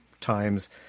times